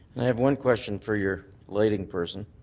i have one question for your lighting person.